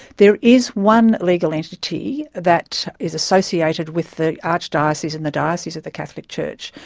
there is one legal entity that is associated with the archdiocese and the diocese of the catholic church,